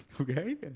okay